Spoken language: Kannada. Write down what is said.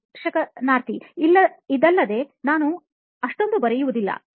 ಸಂದರ್ಶನಾರ್ಥಿ ಇದಲ್ಲದೆ ನಾನು ಅಷ್ಟೊಂದು ಬರೆಯುವುದಿಲ್ಲ